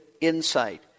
insight